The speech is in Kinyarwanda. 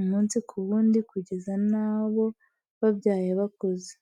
umunsi ku wundi kugeza n'abo babyaye bakuze.